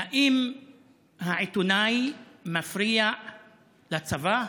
האם העיתונאי מפריע לצבא?